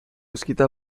escrita